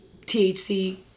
THC